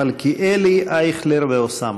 מלכיאלי, אייכלר ואוסאמה,